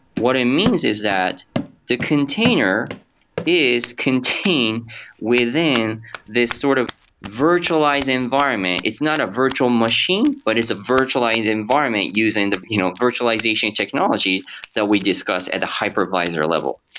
what it means is that the container is contained within this sort of virtualized environment. it's not a virtual machine, but it's a virtualized environment using the you know virtualization technology that we discussed at a hypervisor level.